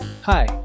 Hi